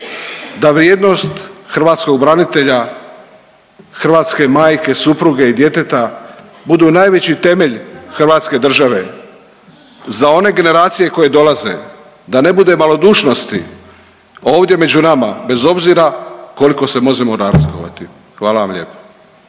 da vrijednost hrvatskog branitelja, hrvatske majke, supruge i djeteta budu najveći temelj Hrvatske države za one generacije koje dolaze da ne bude malodušnosti ovdje među nama bez obzira koliko se možemo razlikovati. Hvala vam lijepo.